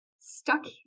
stuck